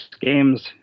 games